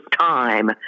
time